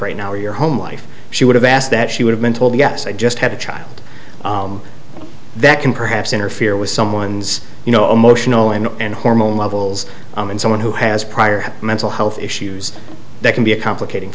right now or your home life she would have asked that she would have been told yes i just had a child that can perhaps interfere with someone's you know emotional and and hormone levels and someone who has prior mental health issues that can be a complicating